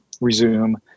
resume